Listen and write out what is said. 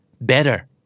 Better